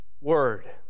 word